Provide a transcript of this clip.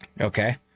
Okay